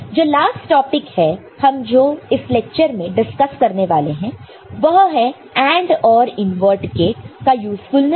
जो last topic है हम जो इस लेक्चर में डिस्कस करने वाले हैं वह है AND OR इनवर्ट गेट का यूजफुलनेस